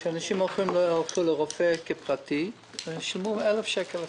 שאנשים הלכו לרופא פרטי ושילמו 1,000 שקל.